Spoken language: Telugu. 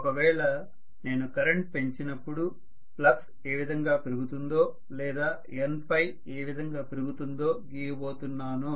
ఒకవేళ నేను కరెంట్ పెంచినప్పుడు ఫ్లక్స్ ఏ విధంగా పెరుగుతుందో లేదా NØ ఏ విధంగా పెరుగుతుందో గీయబోతున్నాను